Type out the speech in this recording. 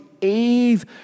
Eve